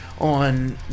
on